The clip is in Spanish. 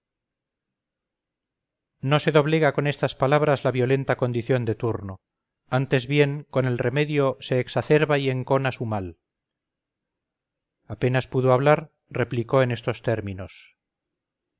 no se doblega con estas palabras la violenta condición de turno antes bien con el remedio se exacerba y encona su mal apenas pudo hablar replicó en estos términos